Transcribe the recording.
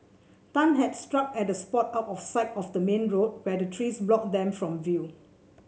tan had struck at a spot out of sight of the main road where the trees blocked them from view